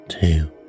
two